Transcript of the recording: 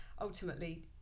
ultimately